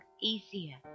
easier